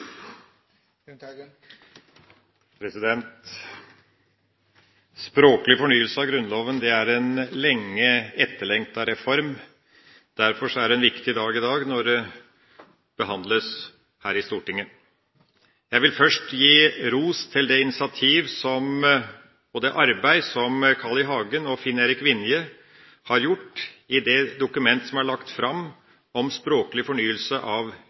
1. Språklig fornyelse av Grunnloven er en lenge etterlengtet reform. Derfor er dagen i dag viktig, når dette behandles her i Stortinget. Jeg vil først gi ros til det initiativ, og det arbeid, som Carl I. Hagen og Finn-Erik Vinje har tatt med det dokumentet som er lagt fram om språklig fornyelse av